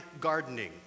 gardening